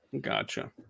Gotcha